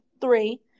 three